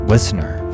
Listener